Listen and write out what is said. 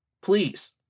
please